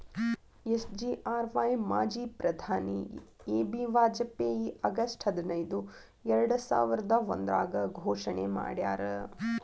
SGRY ಮಾಜಿ ಪ್ರಧಾನಿ A B Vajpayee August ಹದಿನೈದು ಎರ್ಡಸಾವಿರದ ಒಂದ್ರಾಗ ಘೋಷಣೆ ಮಾಡ್ಯಾರ